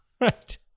right